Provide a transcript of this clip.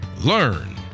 learn